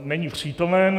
Není přítomen.